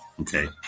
Okay